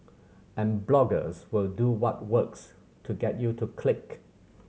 and bloggers will do what works to get you to click